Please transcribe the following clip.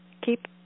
Keep